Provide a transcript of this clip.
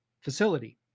facility